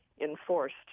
enforced